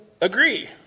agree